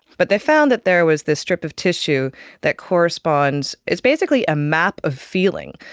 but they found that there was this strip of tissue that corresponds, it's basically a map of feeling.